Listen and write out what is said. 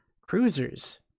cruisers